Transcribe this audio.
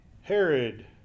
Herod